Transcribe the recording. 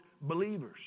believers